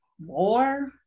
war